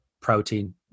protein